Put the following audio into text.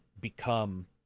become